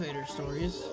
stories